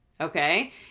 Okay